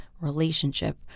relationship